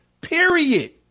period